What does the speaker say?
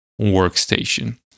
workstation